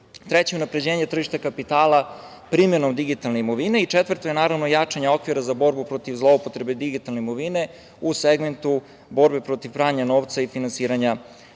Treće je unapređenje tržišta kapitala primenom digitalne imovine. Četvrto je jačanje okvira za borbu protiv zloupotrebe digitalne imovine u segmentu borbe protiv pranja novca i finansiranja